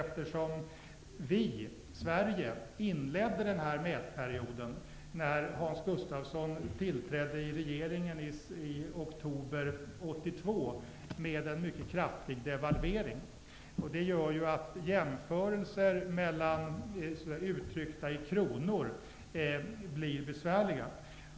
Vi i Sverige inledde denna mätperiod, när Hans Gustafsson tillträdde i regeringen i oktober 1982, med en mycket kraftig devalvering. Det gör att jämförelser uttryckta i kronor blir besvärliga.